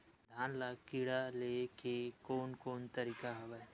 धान ल कीड़ा ले के कोन कोन तरीका हवय?